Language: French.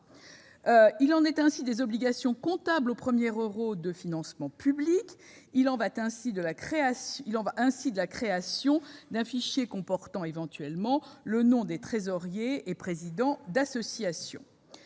Il en est ainsi des obligations comptables au premier euro de financement public. Il en va ainsi de la création d'un fichier comportant éventuellement le nom des trésoriers et présidents d'association.